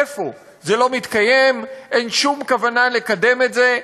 איפה, זה לא מתקיים, אין שום כוונה לקדם את זה,